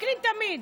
וקנין, תמיד.